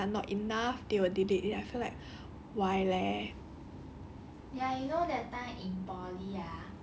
then if the comments all not good then they will delete it or like if the likes are not enough they will delete it I feel like why leh